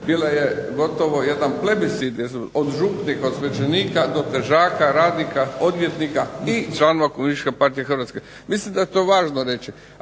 bila je gotovo jedan plebiscit, od župnika, od svećenika do težaka, radnika, odvjetnika i članova Komunističke partije Hrvatske. Mislim da je to važno reći.